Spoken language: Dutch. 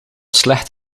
slecht